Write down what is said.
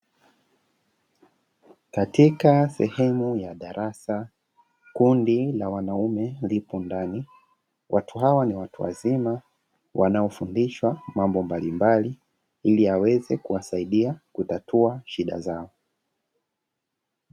Katika sehemu ya darasa kundi la wanaume lipo ndani. Watu hawa ni watu wazima wanaofundishwa mambo mbalimbali, ili yaweze kuwasaidia kutatua shida zao.